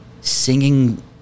singing